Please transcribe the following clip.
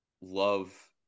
love